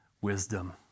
wisdom